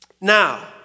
Now